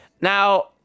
now